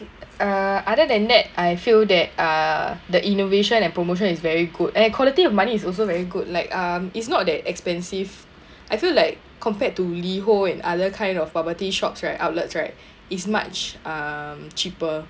uh other than that I feel that uh the innovation and promotion is very good and quality of money is also very good like um it's not that expensive I feel like compared to LiHO and other kind of bubble tea shops right outlets right it's much um cheaper